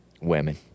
Women